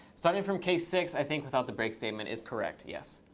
starting from case six i think without the break statement is correct. yes.